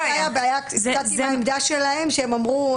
עם העמדה שלהם.